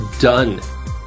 done